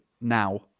now